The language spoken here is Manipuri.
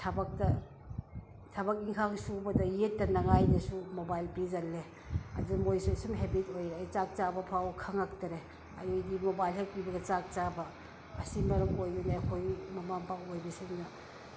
ꯊꯕꯛꯇ ꯊꯕꯛ ꯏꯟꯈꯥꯡ ꯁꯨꯕꯗ ꯌꯦꯠꯇꯅꯉꯥꯏꯒꯤꯁꯨ ꯃꯣꯕꯥꯏꯜ ꯄꯤꯖꯜꯂꯦ ꯑꯗꯨ ꯃꯣꯏꯁꯤ ꯁꯨꯝ ꯍꯦꯕꯤꯠ ꯑꯣꯏꯔꯛꯏ ꯆꯥꯛ ꯆꯥꯕ ꯐꯥꯎ ꯈꯪꯂꯛꯇꯔꯦ ꯑꯩꯗꯤ ꯃꯣꯕꯥꯏꯜ ꯍꯦꯛ ꯄꯤꯕꯒ ꯆꯥꯛ ꯆꯥꯕ ꯑꯁꯤ ꯃꯔꯝ ꯑꯣꯏꯕꯅꯤ ꯑꯩꯈꯣꯏ ꯃꯃꯥ ꯃꯄꯥ ꯑꯣꯏꯕꯁꯤꯡꯅ